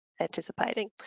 anticipating